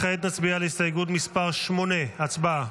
נצביע כעת על הסתייגות שמספרה 7. הצבעה.